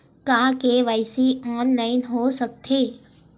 का KYC online हो सकथे?